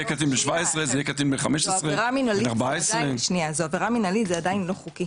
זו עבירה מנהלית, זה עדיין לא חוקי.